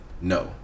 No